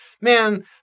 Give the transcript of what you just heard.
man